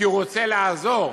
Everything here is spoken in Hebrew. כי הוא רוצה לעזור.